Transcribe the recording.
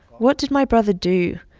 what did my brother do?